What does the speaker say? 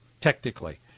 technically